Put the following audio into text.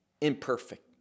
imperfect